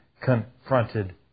confronted